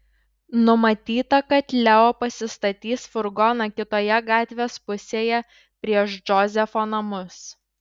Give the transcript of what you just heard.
numatyta kad leo pasistatys furgoną kitoje gatvės pusėje prieš džozefo namus